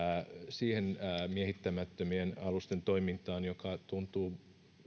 siihen miehittämättömien alusten toimintaan joka tuntuu